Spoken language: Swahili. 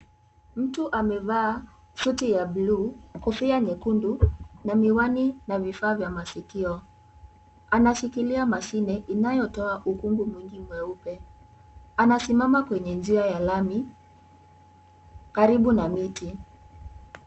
Mtu amevaa suti ya bluu, kofia nyekundu na miwani na vifaa vya masikio. Anashikilia mashine inayotoa ukungu mwingi mweupe. Anasimama kwenye njia ya lami, karibu na miti.